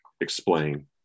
explain